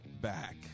back